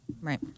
Right